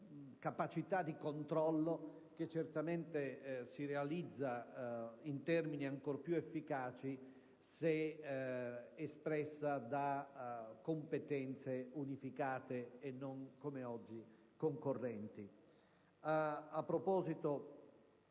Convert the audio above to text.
di controllo, che certamente si realizza in termini ancora più efficaci se viene espressa da competenze unificate e non, come accade oggi, concorrenti.